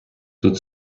тут